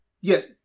yes